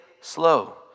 slow